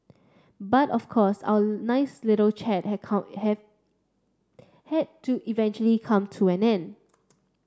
but of course our nice little chat have had to eventually come to an end